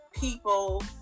people